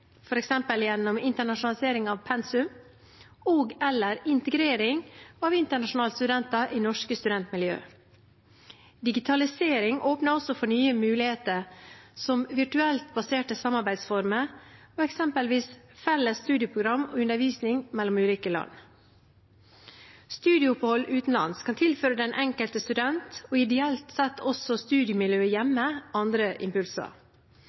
f.eks. gjennom internasjonalisering av pensum og/eller integrering av internasjonale studenter i norske studentmiljøer. Digitalisering åpner også for nye muligheter som virtuelt baserte samarbeidsformer og eksempelvis felles studieprogram og undervisning mellom ulike land. Studieopphold utenlands kan tilføre den enkelte student – og ideelt sett også studiemiljøet hjemme – andre impulser.